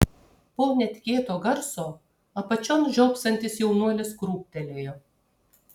po netikėto garso apačion žiopsantis jaunuolis krūptelėjo